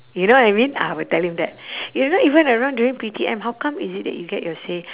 you know what I mean ah I will tell him that you're not even around during P_T_M how come is it that you get your say